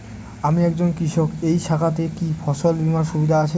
আমি একজন কৃষক এই শাখাতে কি ফসল বীমার সুবিধা আছে?